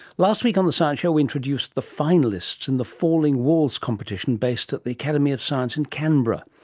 last week on the science show we introduced the finalists in the falling walls competition based at the academy of science in canberra.